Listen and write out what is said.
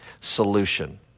solution